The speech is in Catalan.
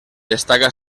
destaca